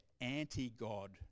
anti-god